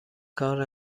کار